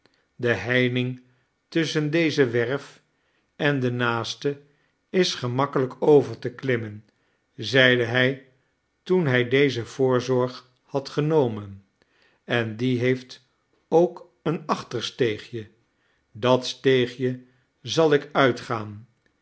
de heining tusschen deze werf en de naaste is gemakkelijk over te klimmen zeide hij toen hij deze voorzorg had genomen en die heeft ook een achtersteegje dat steegje zal ik uitgaan